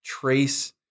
trace